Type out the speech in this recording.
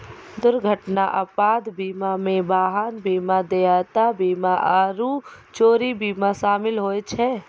दुर्घटना आपात बीमा मे वाहन बीमा, देयता बीमा आरु चोरी बीमा शामिल होय छै